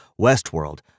Westworld